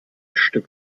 stück